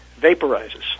vaporizes